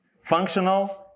functional